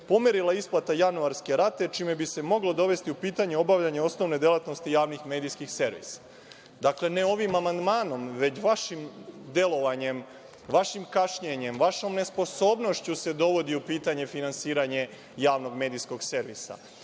pomerila isplata januarske rate, čime bi se moglo dovesti u pitanje obavljanje osnovne delatnosti javnih medijskih servisa. Dakle, ne ovim amandmanom, već vašim delovanjem, vašim kašnjenjem, vašom nesposobnošću se dovodi u pitanje finansiranje Javnog medijskog servisa,